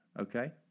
okay